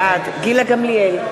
בעד גילה גמליאל,